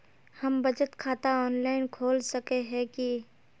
हम बचत खाता ऑनलाइन खोल सके है की?